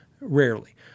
Rarely